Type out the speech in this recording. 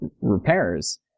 repairs